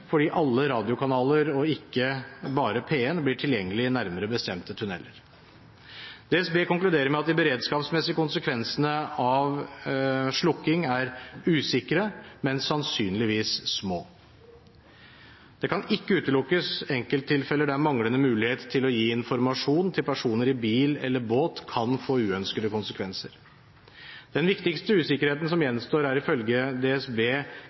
fordi alle radiokanaler – og ikke bare P1 – blir tilgjengelig i nærmere bestemte tunneler. DSB konkluderer med at de beredskapsmessige konsekvensene av slukking er usikre, men sannsynligvis små. Det kan ikke utelukkes enkelttilfeller der manglende mulighet til å gi informasjon til personer i bil eller båt kan få uønskede konsekvenser. Den viktigste usikkerheten som gjenstår, er ifølge DSB